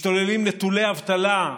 משתוללים נתוני אבטלה.